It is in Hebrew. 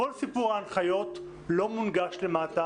כל סיפור ההנחיות לא מונגש למטה.